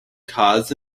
cars